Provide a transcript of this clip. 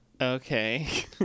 Okay